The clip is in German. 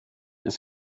ist